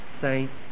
saints